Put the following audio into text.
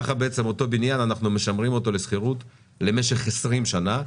ככה בעצם אותו בניין אנחנו משמרים אותו לשכירות למשך 20 שנה,